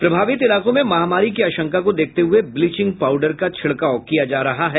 प्रभावित इलाकों में महामारी की आशंका को देखते हुए ब्लीचिंग पाउडर का छिड़काव किया जा रहा है